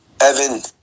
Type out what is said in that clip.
Evan